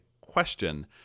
question